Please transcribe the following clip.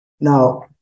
Now